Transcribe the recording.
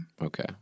Okay